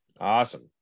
Awesome